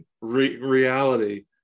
reality